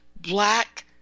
black